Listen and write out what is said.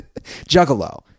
juggalo